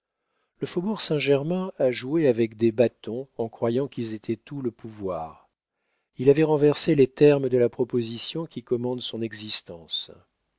le faubourg saint-germain a joué avec des bâtons en croyant qu'ils étaient tout le pouvoir il avait renversé les termes de la proposition qui commande son existence